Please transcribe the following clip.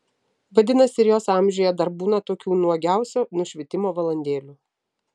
vadinasi ir jos amžiuje dar būna tokių nuogiausio nušvitimo valandėlių